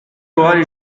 ugari